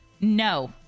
no